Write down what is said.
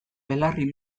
belarri